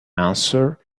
answer